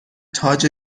تاج